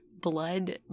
blood